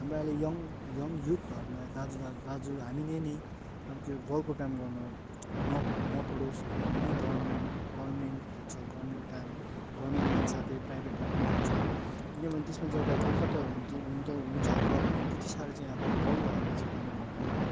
हाम्रो अहिले young young युथहरूमा दाजु दाजु हामीले नै अब त्यो बलको काम गर्न न नपरोस् भनेर नै गर्मेन्ट गर्मेन्ट खोज्छ गर्मेन्ट काम गर्मेन्टमा साथै प्राइभेटमा पनि खोज्छ किनभने त्यसमा ज्यादा दुःख त हुन्छ हुन्छ हुन्छ तर पनि त्यति साह्रो चाहिँ अब बल लगाएर चाहिँ गर्नु पर्दैन